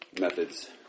methods